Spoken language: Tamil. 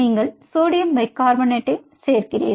நீங்கள் சோடியம் பைகார்பனேட் சேர்க்கிறீர்கள்